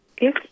Yes